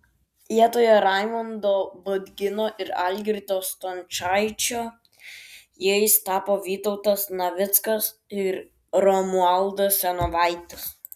vietoje raimondo budgino ir algirdo stončaičio jais tapo vytautas navickas ir romualdas senovaitis